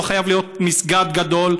לא חייב להיות מסגד גדול.